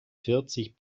vierzig